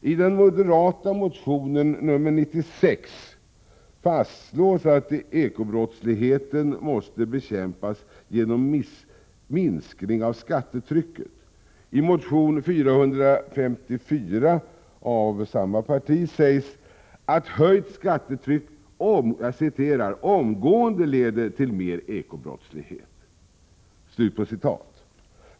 I den moderata motionen nr 96 fastslås att eko-brottsligheten måste bekämpas genom minskning av skattetrycket. I motion 454 från samma parti sägs att ett höjt skattetryck ”omgående leder till mer eko-brottslighet”.